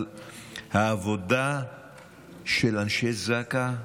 אבל העבודה של אנשי זק"א